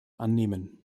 annehmen